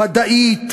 ודאית,